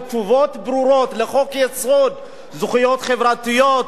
תשובות ברורות לחוק-יסוד: זכויות חברתיות,